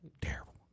Terrible